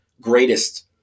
greatest